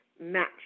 match